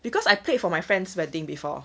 because I played for my friend's wedding before